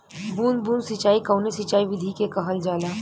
बूंद बूंद सिंचाई कवने सिंचाई विधि के कहल जाला?